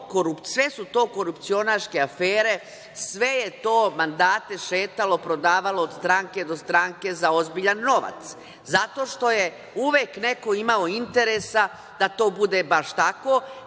sve su to korupcionarske afere, sve je to mandate šetalo, prodavalo od stranke do stranke za ozbiljan novac zato što je uvek neko imao interesa da to bude baš tako.